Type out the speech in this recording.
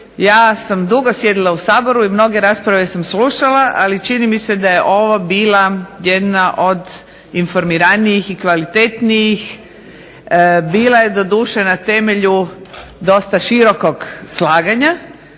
Ja sam dugo sjedila u Saboru i mnoge rasprave sam slušala, ali čini mi se da je ova bila jedna od informiranijih i kvalitetnijih. Bila je doduše na temelju dosta širokog slaganja,